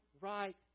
right